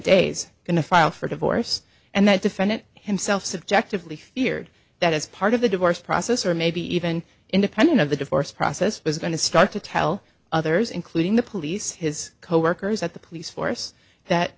days going to file for divorce and that defendant himself subjectively feared that as part of the divorce process or maybe even independent of the divorce process was going to start to tell others including the police his coworkers at the police force that